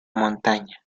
montaña